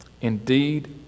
Indeed